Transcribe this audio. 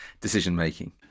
decision-making